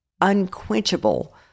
unquenchable